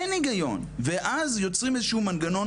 אין היגיון ואז יוצרים איזשהו מנגנון